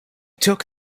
took